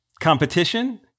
competition